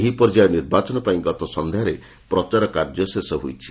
ଏହି ପର୍ଯ୍ୟାୟ ନିର୍ବାଚନ ପାଇଁ ଗତସନ୍ଧ୍ୟାରେ ପ୍ରଚାର କାର୍ଯ୍ୟ ଶେଷ ହୋଇଛି